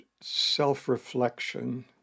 self-reflection